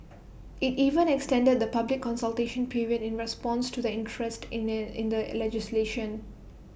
IT even extended the public consultation period in response to the interest in the in the legislation